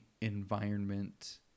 environment